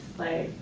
like,